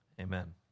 amen